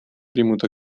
примут